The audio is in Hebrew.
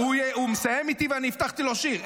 הוא מסיים איתי, ואני הבטחתי לו שיר.